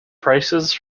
prices